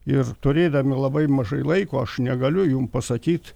ir turėdami labai mažai laiko aš negaliu jum pasakyt